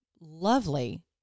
lovely